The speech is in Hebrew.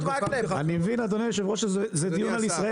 ופיתוח הכפר עודד פורר: אני מבין שזה דיון על ישראל